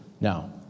Now